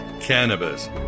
Cannabis